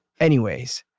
anyways,